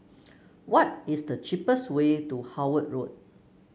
what is the cheapest way to Howard Road